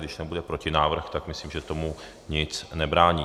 Když nebude protinávrh, tak myslím, že tomu nic nebrání.